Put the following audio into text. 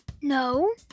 No